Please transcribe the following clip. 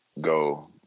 go